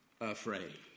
afraid